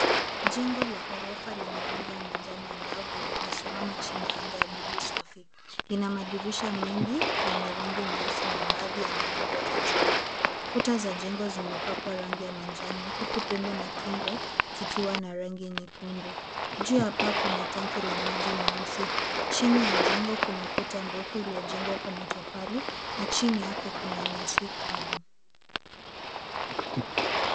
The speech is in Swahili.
Jengo la ghorofa lenye rangi ya manjano angavu linasimama chini ya anga ya buluu safi ,ina madirisha mengi yenye rangi nyeusi na baadhi ana nondo za chuma, kuta za jengo zimepakwa rangi ya manjano huku pembe na kingo zikiwa na rangi nyekundu, juu hapa kuna tanki la maji nyeusi chini ya jengo kuna ukuta mrefu uliojengwa kwa matofali na chini yake kuna nyasi kavu.